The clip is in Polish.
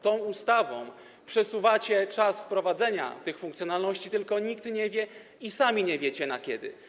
Tą ustawą przesuwacie czas wprowadzenia tych funkcjonalności, tylko nikt nie wie, sami nie wiecie, na kiedy.